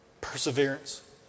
perseverance